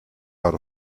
out